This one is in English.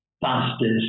fastest